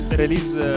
release